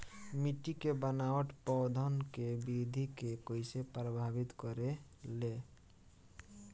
मिट्टी के बनावट पौधन के वृद्धि के कइसे प्रभावित करे ले?